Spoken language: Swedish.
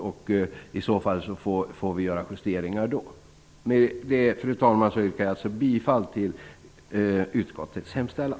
I så fall får vi göra justeringar då. Med det, fru talman, yrkar jag bifall till utskottets hemställan.